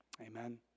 Amen